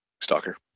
Stalker